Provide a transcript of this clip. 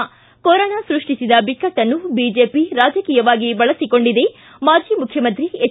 ಿ ಕೊರೊನಾ ಸೃಷ್ಷಿಸಿದ ಬಿಕ್ಕಟ್ಟನ್ನು ಬಿಜೆಪಿ ರಾಜಕೀಯವಾಗಿ ಬಳಸಿಕೊಂಡಿದೆ ಮಾಜಿ ಮುಖ್ಯಮಂತ್ರಿ ಎಚ್